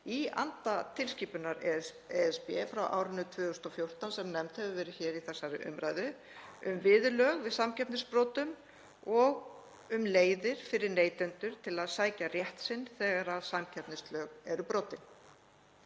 í anda tilskipunar ESB frá árinu 2014, sem nefnd hefur verið hér í þessari umræðu, um viðurlög við samkeppnisbrotum og um leiðir fyrir neytendur til að sækja rétt sinn þegar samkeppnislög eru brotin.